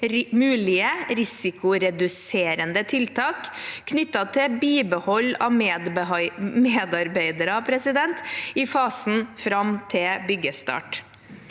mulige risikoreduserende tiltak knyttet til bibehold av medarbeidere i fasen fram til byggestart.